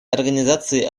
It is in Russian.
организации